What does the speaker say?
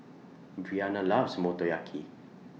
Breanna loves Motoyaki